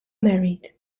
married